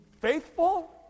faithful